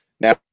now